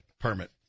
permit